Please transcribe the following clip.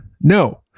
No